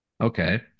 Okay